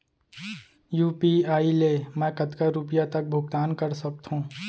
UPI ले मैं कतका रुपिया तक भुगतान कर सकथों